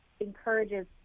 encourages